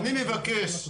אני מבקש,